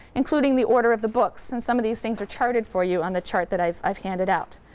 including the order of the books, and some of these things are charted for you on the chart that i've i've handed out.